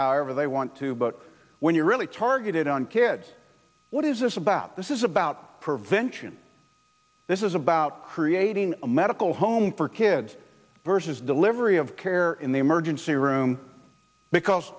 however they want to but when you really targeted on kids what is this about this is about prevention this is about creating a medical home for kids versus delivery of care in the emergency room because